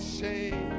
shame